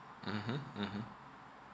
mmhmm mmhmm